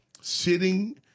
Sitting